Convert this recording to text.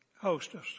hostess